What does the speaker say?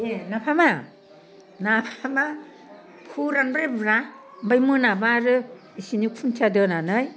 ए नाफामा नाफामा फोरानबाय ब्रा ओमफाय मोनाब्ला आरो इसिनि खुन्थिया दोनानै